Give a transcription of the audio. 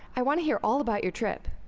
i want to hear all about your trip.